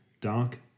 Dark